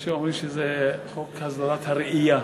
יש שאומרים שזה חוק הסדרת הראייה.